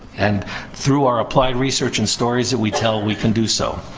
and through our applied research and stories that we tell we can do so.